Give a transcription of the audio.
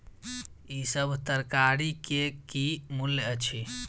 ई सभ तरकारी के की मूल्य अछि?